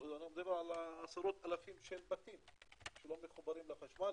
אני מדבר על עשרות אלפי בתים שלא מחוברים לחשמל,